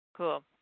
Cool